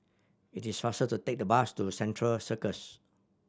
it is faster to take the bus to Central Circus